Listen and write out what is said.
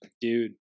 Dude